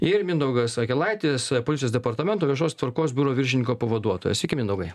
ir mindaugas akelaitis policijos departamento viešos tvarkos biuro viršininko pavaduotojas sveiki mindaugai